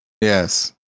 yes